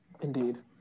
indeed